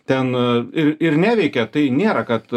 ten ir ir neveikia tai nėra kad